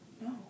No